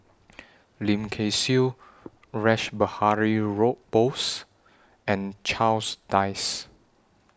Lim Kay Siu Rash Behari Bose and Charles Dyce